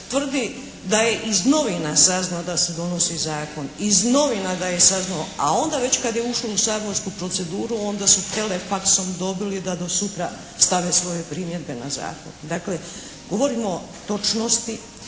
tvrdi da je iz novina saznao da se donosi zakon. Iz novina ga je saznao, a onda već kad je ušlo u saborsku proceduru onda su telefaksom dobili da do sutra stave svoje primjedbe na zakon. Dakle, uvodimo točnosti